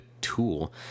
tool